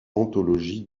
anthologie